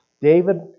David